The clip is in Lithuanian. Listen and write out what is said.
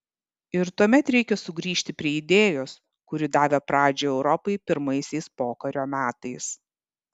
ir tuomet reikia sugrįžti prie idėjos kuri davė pradžią europai pirmaisiais pokario metais